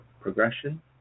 progression